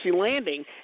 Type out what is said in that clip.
landing